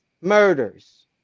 murders